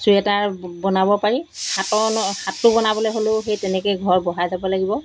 sweater বনাব পাৰি হাত ন হাতটো বনাবলৈ হ'লেও সেই তেনেকেই ঘৰ বঢ়াই যাব লাগিব